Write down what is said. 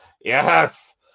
Yes